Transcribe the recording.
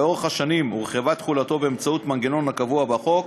לאורך השנים הורחבה תחולתו באמצעות מנגנון הקבוע בחוק,